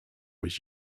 was